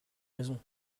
raison